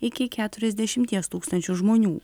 iki keturiasdešimties tūkstančių žmonių